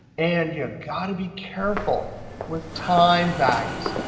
and you've got to be careful with time values.